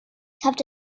kept